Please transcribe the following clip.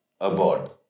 Aboard